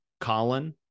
Colin